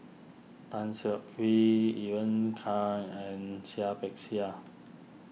Tan Siak Kew Ivan can and Seah Peck Seah